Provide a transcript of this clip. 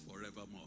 forevermore